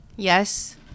Yes